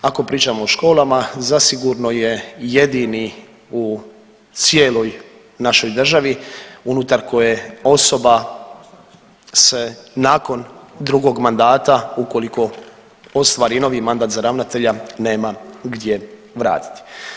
Ako pričamo o školama zasigurno je jedini u cijeloj našoj državi unutar koje osoba se nakon drugog mandata ukoliko ostvari novi mandat za ravnatelja nema gdje vratiti.